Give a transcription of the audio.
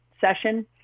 session